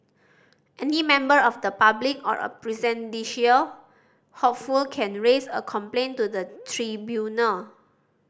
any member of the public or a presidential hopeful can raise a complaint to the tribunal